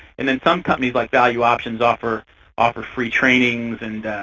and then some companies like valueoptions offer offer free trainings and